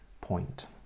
point